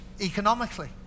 economically